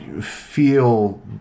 feel